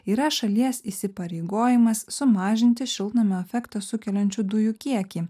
yra šalies įsipareigojimas sumažinti šiltnamio efektą sukeliančių dujų kiekį